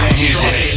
music